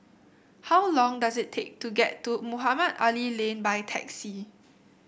how long does it take to get to Mohamed Ali Lane by taxi